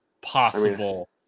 possible